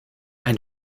ein